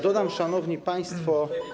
Dodam, szanowni państwo.